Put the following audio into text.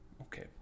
Okay